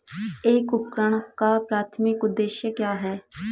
एक उपकरण का प्राथमिक उद्देश्य क्या है?